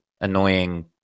annoying